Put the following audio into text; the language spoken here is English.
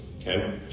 okay